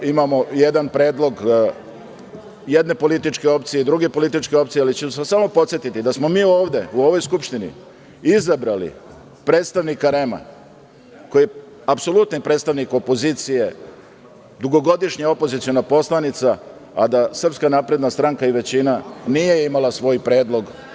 Imamo jedan predlog jedne političke opcije, druge političke opcije, ali ću vas samo podsetiti da smo mi ovde u ovoj Skupštini izabrali predstavnika REM-a koji je apsolutni predstavnik opozicije, dugogodišnja opoziciona poslanica, a da SNS i većina nije imala svoj predlog.